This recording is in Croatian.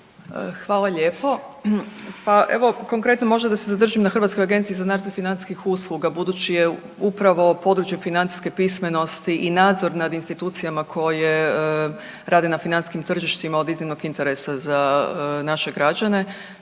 Hvala lijepo. Pa evo konkretno možda da se zadržim na Hrvatskoj agenciji za nadzor financijskih usluga budući je upravo područje financijske pismenosti i nadzor nad institucijama koje rade na financijskim tržištima od iznimnog interesa za naše građane